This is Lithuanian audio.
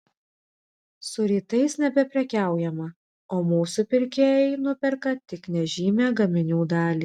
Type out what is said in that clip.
su rytais nebeprekiaujama o mūsų pirkėjai nuperka tik nežymią gaminių dalį